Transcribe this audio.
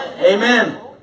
Amen